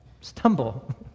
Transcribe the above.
stumble